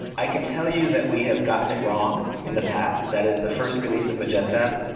i can tell you that we have gotten it wrong in the past. that is the first release of magenta,